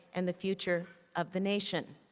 and the future of the nation.